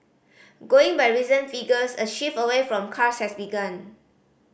going by recent figures a shift away from cars has begun